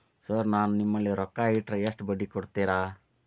Sir ನಾನು ನಿಮ್ಮಲ್ಲಿ ರೊಕ್ಕ ಇಟ್ಟರ ಎಷ್ಟು ಬಡ್ಡಿ ಕೊಡುತೇರಾ?